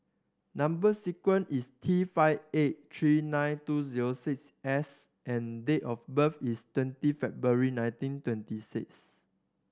number sequence is T five eight three nine two zero six S and date of birth is twenty February nineteen twenty six